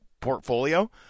portfolio